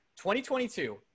2022